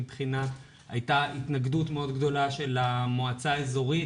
הייתה התנגדות מאוד גדולה של המועצה האזורית